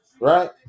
right